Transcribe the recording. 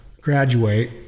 graduate